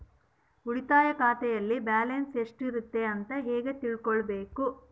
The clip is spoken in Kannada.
ಉಳಿತಾಯ ಖಾತೆಯಲ್ಲಿ ಬ್ಯಾಲೆನ್ಸ್ ಎಷ್ಟೈತಿ ಅಂತ ಹೆಂಗ ತಿಳ್ಕೊಬೇಕು?